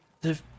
The-